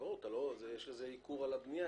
יש בזה ייקור של הבנייה.